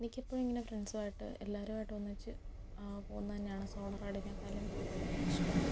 മിക്കപ്പോഴും ഇങ്ങനെ ഫ്രണ്ട്സുവായിട്ട് എല്ലാവരും ആയിട്ട് ഒന്നിച്ച് പോകുന്നത് തന്നെയാണ് സോളോ റൈഡിനെക്കാളും ഇഷ്ടം